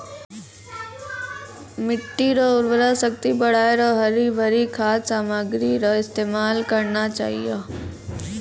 मिट्टी रो उर्वरा शक्ति बढ़ाएं रो हरी भरी खाद सामग्री रो इस्तेमाल करना चाहियो